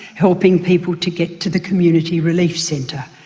helping people to get to the community relief centre.